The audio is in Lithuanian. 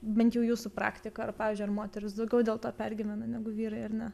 bent jau jūsų praktika ar pavyzdžiui ar moterys daugiau dėl to pergyvena negu vyrai ar ne